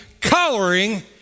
coloring